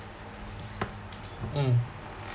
mm